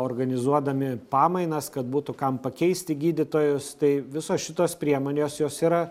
organizuodami pamainas kad būtų kam pakeisti gydytojus tai visos šitos priemonės jos yra